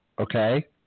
okay